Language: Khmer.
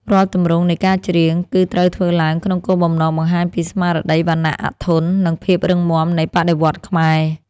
រាល់ទម្រង់នៃការច្រៀង គឺត្រូវធ្វើឡើងក្នុងគោលបំណងបង្ហាញពីស្មារតីវណ្ណៈអធន និងភាពរឹងមាំនៃបដិវត្តន៍ខ្មែរ។